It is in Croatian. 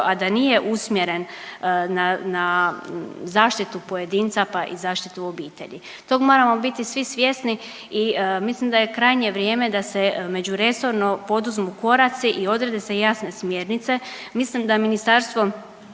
a da nije usmjeren na, na zaštitu pojedinca, pa i zaštitu obitelji. Tog moramo biti svi svjesni i mislim da je krajnje vrijeme da se međuresorno poduzmu koraci i odrede se jasne smjernice, mislim da ministarstvo